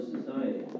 society